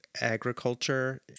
agriculture